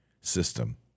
system